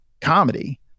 comedy